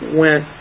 went